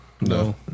no